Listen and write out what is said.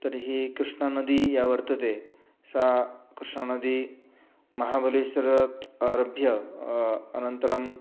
तर्हि कृष्णा नदी या वर्तते सा कृष्णानदी महाबलेश्वरात् आरभ्य अनन्तरम्